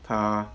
她